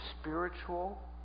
spiritual